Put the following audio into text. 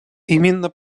именно